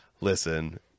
Listen